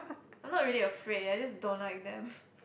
I'm not really afraid I just don't like them